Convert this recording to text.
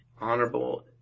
honorable